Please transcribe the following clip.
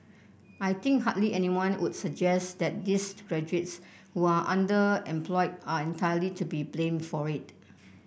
I think hardly anyone would suggest that these graduates who are underemployed are entirely to be blamed for it